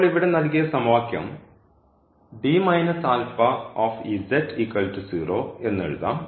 ഇപ്പോൾ ഇവിടെ നൽകിയ സമവാക്യം എന്ന് എഴുതാം